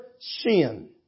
sin